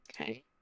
okay